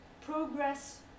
progress